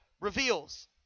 reveals